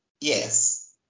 Yes